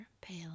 pale